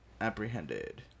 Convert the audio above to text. apprehended